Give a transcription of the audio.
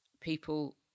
people